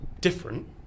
different